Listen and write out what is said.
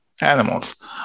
animals